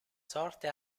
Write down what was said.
sorte